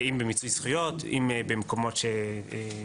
אם במיצוי זכויות,